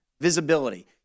visibility